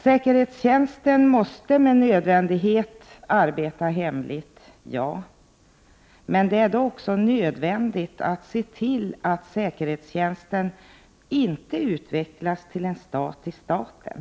Säkerhetstjänsten måste med nödvändighet arbeta hemligt, men det är då också nödvändigt att se till att säkerhetstjänsten inte utvecklas till en stat i staten.